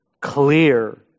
clear